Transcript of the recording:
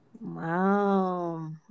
Wow